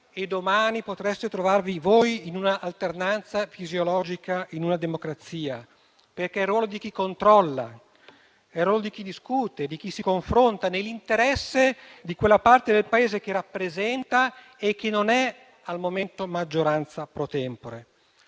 e domani potreste trovarvi voi in un'alternanza fisiologica in una democrazia. È infatti il ruolo di chi controlla, di chi discute, di chi si confronta nell'interesse di quella parte del Paese che rappresenta e che non è al momento maggioranza protempore.